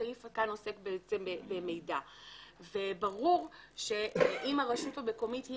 הסעיף כאן עוסק בעצם במידע וברור שאם הרשות המקומית היא